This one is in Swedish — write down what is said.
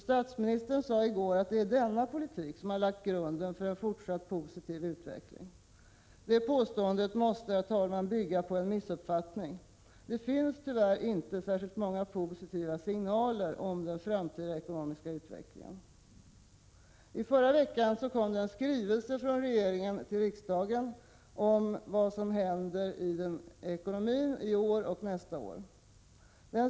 Statsministern sade i går att det är denna politik som lagt grunden för fortsatt positiv utveckling. Det påståendet måste, herr talman, bygga på en missuppfattning. Det finns tyvärr inte särskilt många positiva signaler om den framtida ekonomiska utvecklingen. I förra veckan kom en skrivelse från regeringen till riksdagen om vad som händer i ekonomin i år och nästa år.